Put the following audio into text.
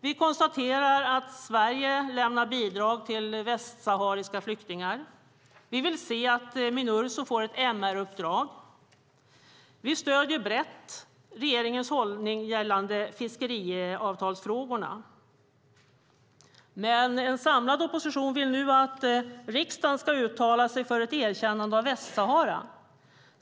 Vi konstaterar att Sverige lämnar bidrag till västsahariska flyktingar. Vi vill se att Minurso får ett MR-uppdrag. Vi stöder brett regeringens hållning gällande fiskeriavtalsfrågorna. En samlad opposition vill nu att riksdagen ska uttala sig för ett erkännande av Västsahara.